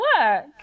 work